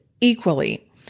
equally